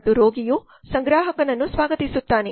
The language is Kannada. ಮತ್ತು ರೋಗಿಯು ಸಂಗ್ರಾಹಕನನ್ನು ಸ್ವಾಗತಿಸುತ್ತಾನೆ